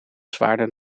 zwaarder